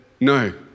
No